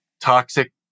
toxic